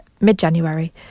mid-January